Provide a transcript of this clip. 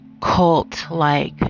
cult-like